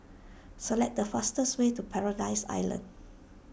select the fastest way to Paradise Island